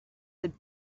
had